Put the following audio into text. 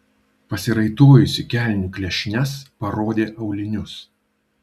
pasiraitojusi kelnių klešnes parodė aulinius